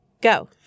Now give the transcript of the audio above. go